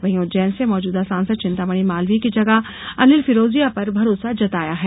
वहीं उज्जैन से मौजूदा सांसद चिंतामणि मालवीय की जगह अनिल फिरोजिया पर भरोसा जताया है